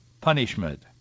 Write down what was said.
punishment